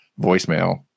voicemail